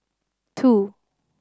two